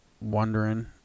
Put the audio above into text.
wondering